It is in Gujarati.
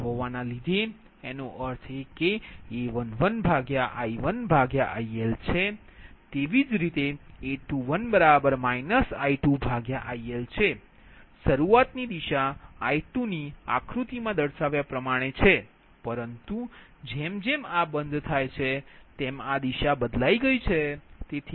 એનો અર્થ કે A11I1IL છે તે જ રીતે A21 I2IL છે શરૂઆત ની દિશા I2 આકૃતિમાં બતાવ્યા પ્રમાણે છે પરંતુ જેમ જેમ આ બંધ થાય છે તેમ આ દિશા બદલાઈ ગઈ છે